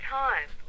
time